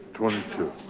twenty two